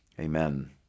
amen